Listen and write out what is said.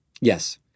Yes